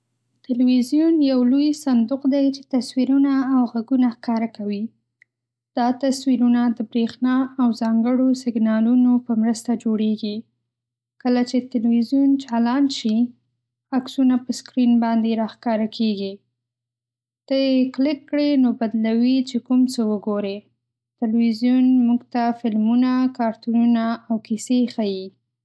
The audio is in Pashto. تلویزیون یو لوی صندوق دی چې تصویرونه او غږونه ښکاره کوي. دا تصویرونه د برېښنا او ځانګړو سیګنالونو په مرسته جوړېږي. کله چې تلویزیون چالان شي، عکسونه په سکرین باندې راښکاره کېږي. ته یې کليک کړې، نو بدلوي چې کوم څه وګورې. تلویزیون موږ ته فلمونه، کارتونونه او کیسې ښيي.